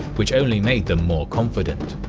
which only made them more confident.